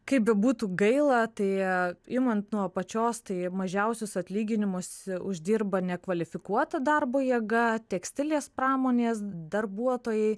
kaip bebūtų gaila tai imant nuo apačios tai mažiausius atlyginimus uždirba nekvalifikuota darbo jėga tekstilės pramonės darbuotojai